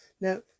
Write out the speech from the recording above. Now